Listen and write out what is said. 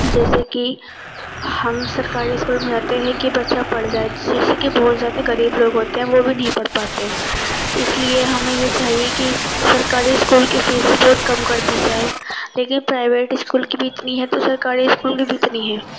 جیسے کہ ہم سرکاری اسکول میں جاتے ہیں کہ بچہ پڑھ جائے جیسے کہ بہت زیادہ غریب لوگ ہوتے ہیں وہ بھی نہیں پڑھ پاتے اس لیے ہمیں یہ چاہیے کہ سرکاری اسکول کی فیس بہت کم کردی جائے لیکن پرائیویٹ اسکول کی بھی اتنی ہے تو سرکاری اسکول کی بھی اتنی ہے